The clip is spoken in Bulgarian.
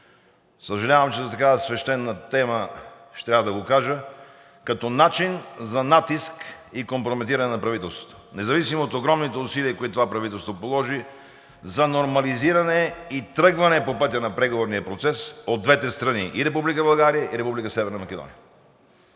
съжалявам, че за такава свещена тема ще трябва да го кажа, като начин за натиск и компрометиране на правителството, независимо от огромните усилия, които това правителство положи за нормализиране и тръгване по пътя на преговорния процес от двете страни – и Република България,